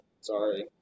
Sorry